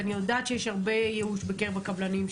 אני יודעת שיש הרבה ייאוש בקרב הקבלנים.